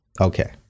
Okay